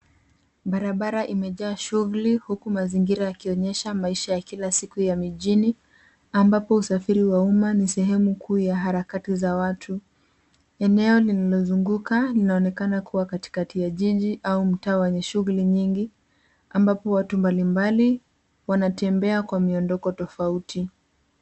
Barabara imejaa shughuli huku mazingira yakionyesha maisha ya kila siku ya mijini ambapo usafiri wa umma ni sehemu kuu ya harakati za watu. Eneo lililozunguka linaonekana kuwa katikati ya jiji au mtaa wenye shughuli nyingi ambapo watu mbali mbali wanatembea kwa miondoko tofauti.